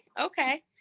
okay